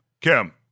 Kim